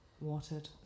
watered